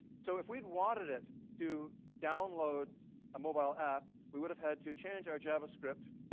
so if we wanted it to download a mobile app, we would have had to change our javascript,